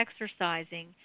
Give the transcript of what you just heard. exercising